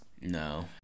No